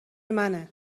منه